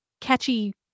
catchy